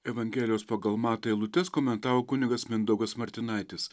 evangelijos pagal matą eilutes komentavo kunigas mindaugas martinaitis